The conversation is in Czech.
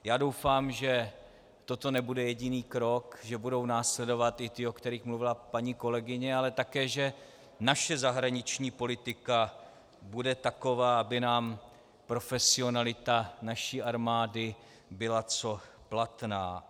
Já doufám, že toto nebude jediný krok, že budou následovat i ty, o kterých mluvila paní kolegyně, ale také že naše zahraniční politika bude taková, aby nám profesionalita naší armády byla co platná.